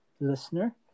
listener